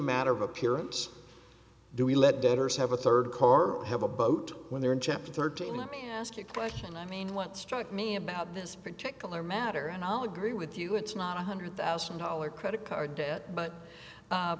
matter of appearance do we let debtors have a third car or have a boat when they're in chapter thirteen let me ask you a question i mean what struck me about this particular matter and i'll agree with you it's not one hundred thousand dollars credit card debt but